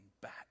back